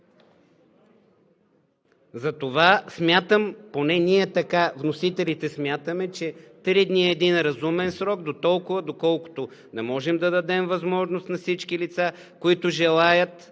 Затова смятам, поне ние вносителите смятаме, че три дни е един разумен срок дотолкова, доколкото не можем да дадем възможност на всички лица, които желаят